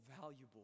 valuable